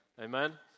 Amen